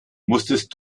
musstest